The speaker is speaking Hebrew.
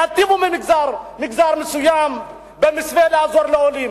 יעדיפו מגזר מסוים במסווה של עזרה לעולים.